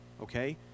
okay